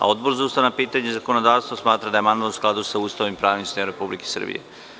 Odbor za ustavna pitanja i zakonodavstvo smatra da je amandman u skladu sa Ustavom i pravnim sistemom Republike Srbije.